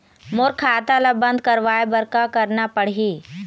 मोर खाता ला बंद करवाए बर का करना पड़ही?